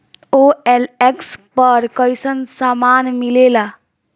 OLX पर कइसन सामान मीलेला?